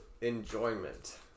enjoyment